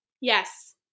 Yes